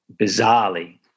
bizarrely